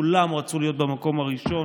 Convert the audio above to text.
כולם רצו להיות במקום הראשון,